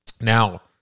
Now